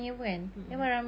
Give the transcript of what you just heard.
mm mm